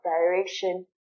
direction